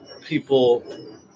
people